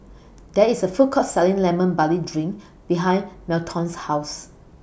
There IS A Food Court Selling Lemon Barley Drink behind Melton's House